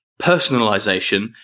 personalization